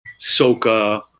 soca